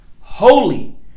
holy